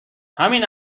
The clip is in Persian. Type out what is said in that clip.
همین